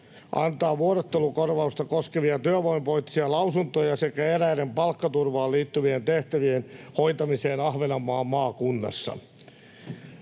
antaa vuorottelukorvausta koskevia työvoimapoliittisia lausuntoja sekä eräiden palkkaturvaan liittyvien tehtävien hoitamiseen Ahvenanmaan maakunnassa.